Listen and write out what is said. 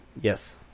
yes